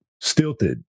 stilted